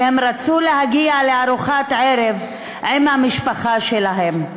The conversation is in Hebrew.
שרצו להגיע לארוחת ערב עם המשפחה שלהם.